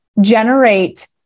generate